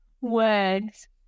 words